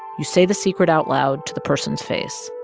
you say the secret out loud to the person's face.